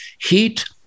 heat